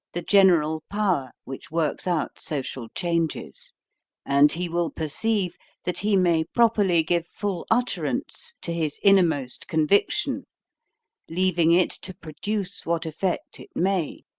the general power which works out social changes and he will perceive that he may properly give full utterance to his innermost conviction leaving it to produce what effect it may.